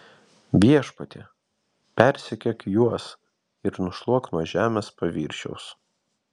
viešpatie persekiok juos ir nušluok nuo žemės paviršiaus